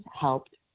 helped